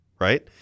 right